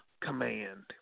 command